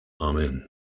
Amen